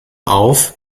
auf